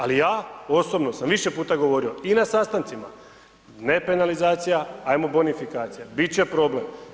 Ali ja, osobno sam više puta govorio i na sastancima, ne penalizacija ajmo bonifikacija, biti će problem.